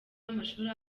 w’amashuri